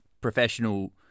professional